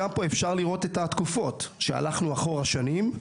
אפשר לראות פה את התקופות כשהלכו אחורה בשנים.